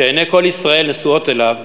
שעיני כל ישראל נשואות אליו,